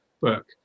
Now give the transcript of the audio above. book